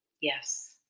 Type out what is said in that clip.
Yes